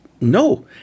no